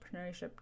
entrepreneurship